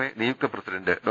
A നിയുക്ത president ഡോ